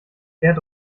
bert